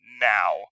now